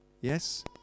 Yes